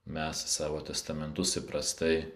mes savo testamentus įprastai